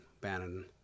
Bannon